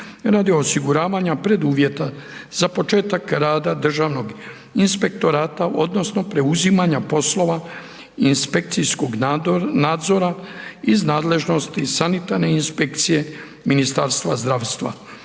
radi osiguravanja preduvjeta za početak rada državnog inspektorata odnosno preuzimanja poslova inspekcijskog nadzora iz nadležnosti sanitarne inspekcije Ministarstva zdravstva.